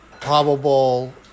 probable